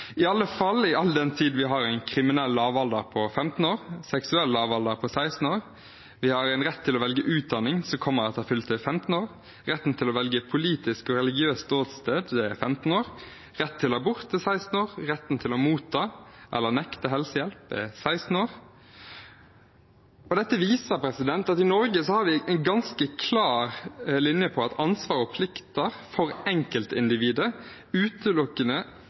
i alle fall ikke all den tid vi har en kriminell lavalder på 15 år, en seksuell lavalder på 16 år, rett til å velge utdanning etter fylte 15 år, rett til å velge politisk og religiøst ståsted ved 15 år, rett til abort ved 16 år, rett til å motta eller nekte helsehjelp etter fylte 16 år. Dette viser at vi i Norge har en ganske klar linje på at ansvar og plikter for enkeltindividet ikke utelukkende